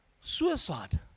suicide